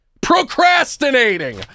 procrastinating